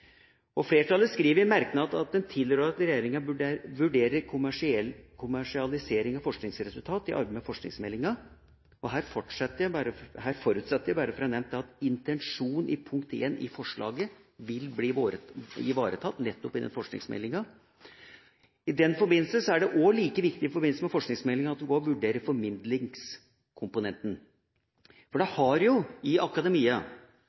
Flertallet skriver i en merknad at en tilrår at regjeringa vurderer kommersialisering av forskningsresultat i arbeidet med forskningsmeldinga. Her forutsetter jeg, bare for å ha nevnt det, at intensjonen i punkt 1 i forslaget vil bli ivaretatt, nettopp i forskningsmeldinga. I den forbindelse er det like viktig å vurdere formidlingskomponenten. Det har jo i akademia vært en kultur der det